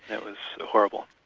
it was horrible.